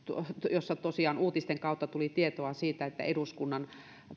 jossa tosiaan uutisten kautta tuli tietoa siitä että eduskunnan